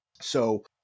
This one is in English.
So-